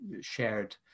shared